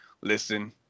listen